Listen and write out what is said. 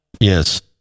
yes